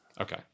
Okay